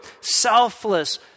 selfless